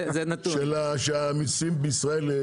שהמיסים בישראל?